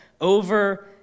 over